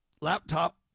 laptop